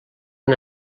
han